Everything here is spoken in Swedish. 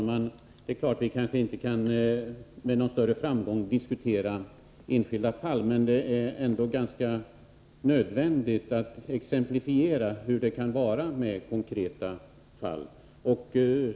Fru talman! Vi kanske inte med någon större framgång kan diskutera enskilda fall, men det är ändå nödvändigt att exemplifiera hur det kan vara i konkreta fall.